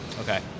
Okay